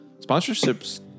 sponsorships